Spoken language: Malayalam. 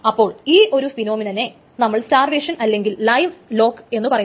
അപ്പോൾ ഈ ഒരു ഫിനോമിനനെ നമ്മൾ സ്റ്റാർവേഷൻ അല്ലെങ്കിൽ ലൈവ് ലോക്ക് എന്നു പറയുന്നു